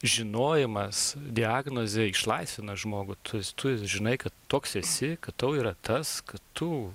žinojimas diagnozė išlaisvina žmogų tu tu žinai kad toks esi kad tau yra tas kad tu